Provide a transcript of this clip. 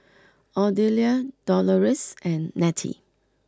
Odelia Doloris and Nettie